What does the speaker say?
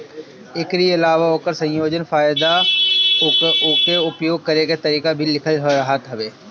एकरी अलावा ओकर संयोजन, फायदा उके उपयोग करे के तरीका भी लिखल रहत हवे